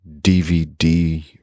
DVD